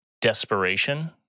desperation